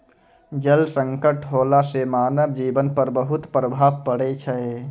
जल संकट होला सें मानव जीवन पर बहुत प्रभाव पड़ै छै